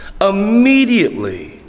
immediately